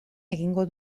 egingo